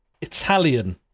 Italian